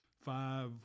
five